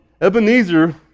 Ebenezer